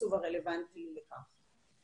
התקצוב הרלוונטי לכך.